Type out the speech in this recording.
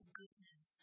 goodness